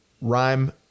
rhyme